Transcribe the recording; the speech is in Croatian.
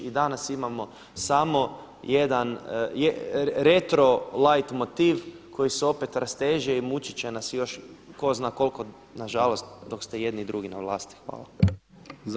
I danas imamo samo jedan retro light motiv koji se opet rasteže i mučit će nas još ko zna koliko nažalost dok ste i jedni i drugi na vlasti.